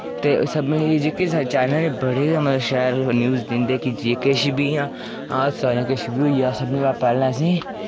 ते सभनें च जेह्के साढ़े चैनल न बड़े गै मतलब शैल न्यूज दिंदे की जे किश बी इ'यां हादसा जां किश बी होई जा सभनें कोला पैह्लें असें ई